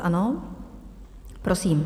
Ano, prosím.